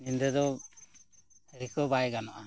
ᱧᱤᱫᱟᱹ ᱫᱚ ᱵᱟᱭ ᱜᱟᱱᱚᱜᱼᱟ